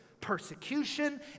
persecution